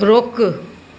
रोकु